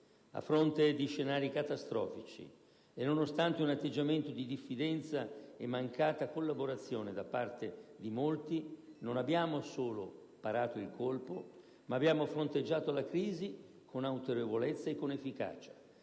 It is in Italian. A fronte di scenari catastrofici e nonostante un atteggiamento di diffidenza e mancata collaborazione da parte di molti, non abbiamo solo parato il colpo, ma abbiamo fronteggiato la crisi con autorevolezza e con efficacia,